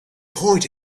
point